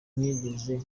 ntigeze